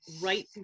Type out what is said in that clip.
right